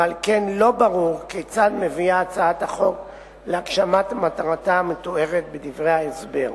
ועל כן לא ברור כיצד מביאה הצעת החוק להגשמת מטרתה המתוארת בדברי ההסבר.